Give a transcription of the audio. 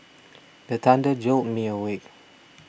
the thunder jolt me awake